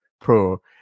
Pro